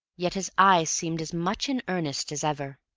yet his eye seemed as much in earnest as ever,